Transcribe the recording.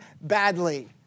badly